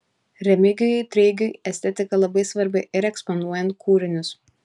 remigijui treigiui estetika labai svarbi ir eksponuojant kūrinius